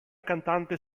cantante